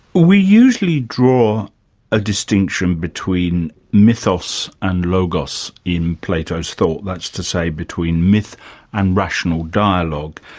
we usually draw a distinction between mythos and logos in plato's thought. that's to say, between myth and rational dialogue.